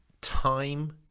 time